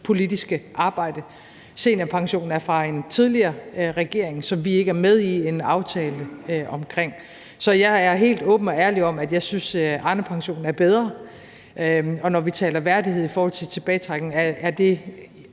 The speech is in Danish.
politiske arbejde. Seniorpensionen er fra en tidligere regering og er en aftale, som vi ikke er med i. Så jeg er helt åben og ærlig om, at jeg synes, at Arnepensionen er bedre. Og når vi taler værdighed i forhold til tilbagetrækning, er det